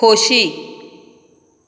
खोशी